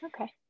Okay